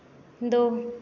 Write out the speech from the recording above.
दो